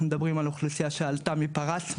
אנחנו מדברים על אוכלוסייה שעלתה מפרס,